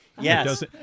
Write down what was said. Yes